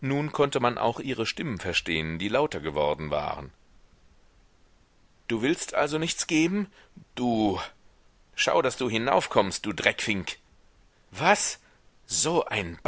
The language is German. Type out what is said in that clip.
nun konnte man auch ihre stimmen verstehen die lauter geworden waren du willst also nichts geben du schau daß du hinaufkommst du dreckfink was so ein